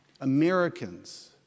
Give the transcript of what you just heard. Americans